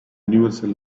universal